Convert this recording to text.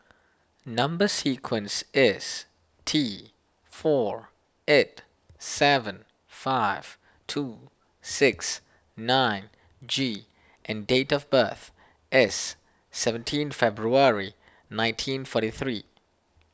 Number Sequence is T four eight seven five two six nine G and date of birth is seventeen February nineteen forty three